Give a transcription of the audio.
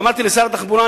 ואמרתי לשר התחבורה,